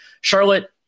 Charlotte